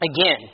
Again